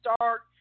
start